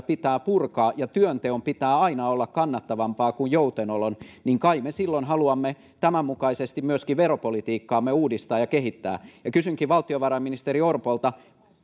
pitää purkaa ja työnteon pitää aina olla kannattavampaa kuin joutenolon niin kai me silloin haluamme tämän mukaisesti myöskin veropolitiikkaamme uudistaa ja kehittää kysynkin valtiovarainministeri orpolta